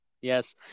Yes